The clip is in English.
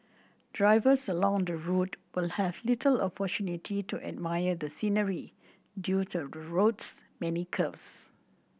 drivers along the route will have little opportunity to admire the scenery due to the road's many curves